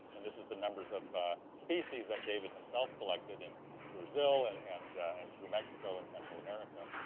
and this is the numbers of species that david himself collected in brazil and and and through mexico and central america.